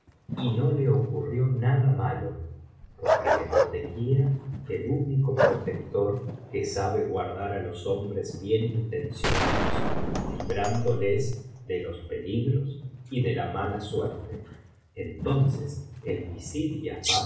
y no le ocurrió nada malo porque le protegía el único protector que sabe guardar á los hombres bien intencionados librándoles de los peligros y de la mala suerte entonces el